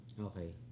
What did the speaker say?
Okay